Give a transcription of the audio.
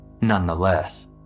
Nonetheless